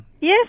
Yes